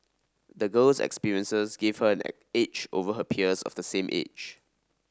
the girl's experiences gave her an edge over her peers of the same age